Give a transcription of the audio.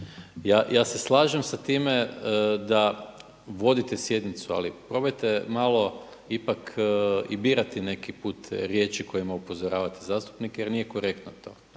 ja se slažem sa time da vodite sjednicu ali probajte malo ipak i birati neki put riječi kojima upozoravate zastupnike jer nije korektno to.